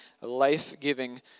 life-giving